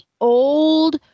old